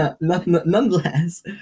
Nonetheless